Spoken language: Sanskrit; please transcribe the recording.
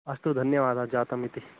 अस्तु धन्यवादः जातः इति